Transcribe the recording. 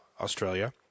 Australia